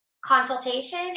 consultation